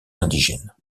indigène